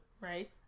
Right